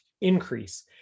increase